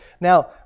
now